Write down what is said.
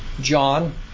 John